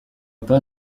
pas